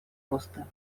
роста